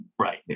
right